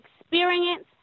experience